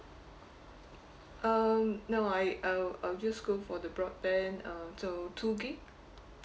um no I I will I'll just got for the broadband uh so two gigabyte